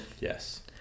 yes